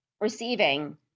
Receiving